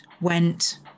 went